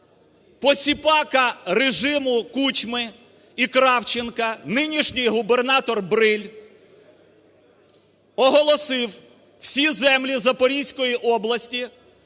посіпака режиму Кучми і Кравченка нинішній губернатор Бриль, оголосив всі землі Запорізької області